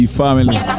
family